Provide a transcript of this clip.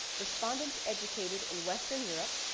respondents educated in western europe,